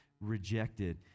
rejected